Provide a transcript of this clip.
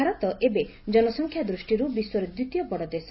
ଭାରତ ଏବେ ଜନସଂଖ୍ୟା ଦୁଷ୍ଟିରୁ ବିଶ୍ୱର ଦ୍ୱିତୀୟ ବଡ଼ ଦେଶ